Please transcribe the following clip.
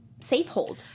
Safehold